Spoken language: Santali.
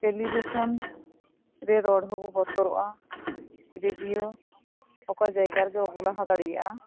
ᱴᱮᱞᱤᱵᱮᱥᱚᱱ ᱨᱮ ᱨᱚᱲ ᱦᱚᱵᱚ ᱵᱚᱛᱚᱨᱚᱜᱼᱟ ᱨᱮᱰᱤᱭᱳ ᱚᱠᱟ ᱡᱟᱭᱜᱟ ᱨᱮᱜᱮ ᱵᱟᱵᱚ ᱞᱟᱦᱟ ᱫᱟᱲᱮᱭᱟᱜᱼᱟ